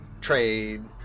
trade